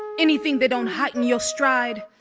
anything that don't heighten your stride,